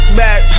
back